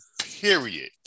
Period